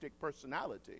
personality